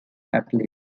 athlete